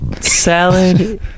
salad